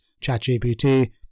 ChatGPT